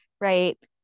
right